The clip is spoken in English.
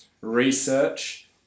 research